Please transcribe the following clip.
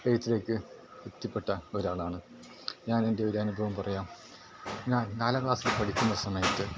എഴുത്തിലേക്ക് എത്തിപ്പെട്ട ഒരാളാണ് ഞാൻ എൻ്റെ ഒരനുഭവം പറയാം ഞാൻ നാലാം ക്ലാസ്സിൽ പഠിക്കുന്ന സമയത്ത്